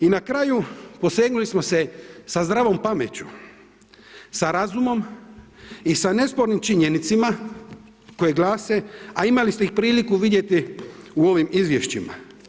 I na kraju posegnuli smo se sa zdravom pameću, sa razumom i sa nespornim činjenicama koje glase a imali ste ih priliku vidjeti u ovim izvješćima.